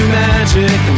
magic